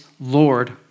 Lord